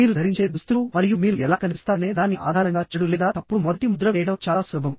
మీరు ధరించే దుస్తులు మరియు మీరు ఎలా కనిపిస్తారనే దాని ఆధారంగా చెడు లేదా తప్పుడు మొదటి ముద్ర వేయడం చాలా సులభం